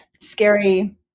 scary